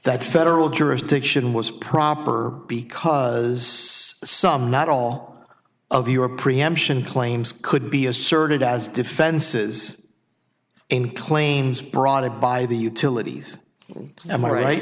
that federal jurisdiction was proper because some not all of your preemption claims could be asserted as defenses in claims brought it by the utilities am i right